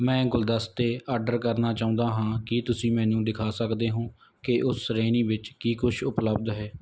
ਮੈਂ ਗੁਲਦਸਤੇ ਆਡਰ ਕਰਨਾ ਚਾਹੁੰਦਾ ਹਾਂ ਕੀ ਤੁਸੀਂ ਮੈਨੂੰ ਦਿਖਾ ਸਕਦੇ ਹੋ ਕਿ ਉਸ ਸ਼੍ਰੇਣੀ ਵਿੱਚ ਕੀ ਕੁਛ ਉਪਲੱਬਧ ਹੈ